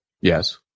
Yes